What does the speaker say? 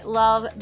love